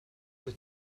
wyt